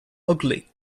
ugly